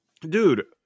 Dude